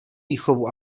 výchovu